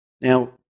Now